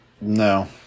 No